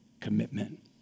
commitment